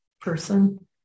person